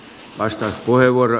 arvoisa puhemies